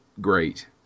great